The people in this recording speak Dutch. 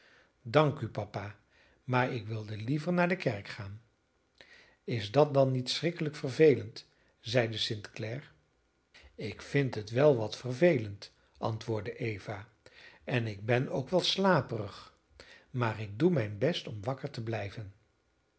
dank u papa maar ik wilde liever naar de kerk gaan is dat dan niet schrikkelijk vervelend zeide st clare ik vind het wel wat vervelend antwoordde eva en ik ben ook wel slaperig maar ik doe mijn best om wakker te blijven